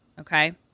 okay